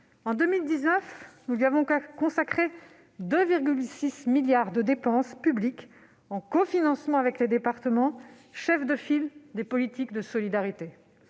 En 2019, nous lui avons consacré 2,6 milliards d'euros de dépenses publiques, en cofinancement avec les départements, chefs de file des politiques de solidarité.